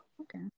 okay